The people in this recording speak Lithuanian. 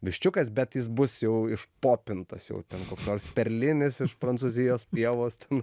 viščiukas bet jis bus jau išpopintas jau ten koks nors perlinis iš prancūzijos pievos ten